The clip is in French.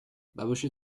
babochet